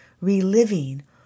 reliving